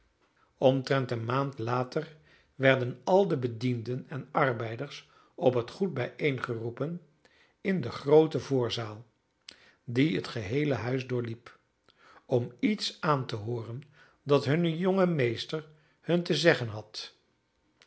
omtrent een maand later werden al de bedienden en arbeiders op het goed bijeengeroepen in de groote voorzaal die het geheele huis doorliep om iets aan te hooren dat hun jonge meester hun te zeggen had